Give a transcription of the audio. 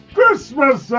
Christmas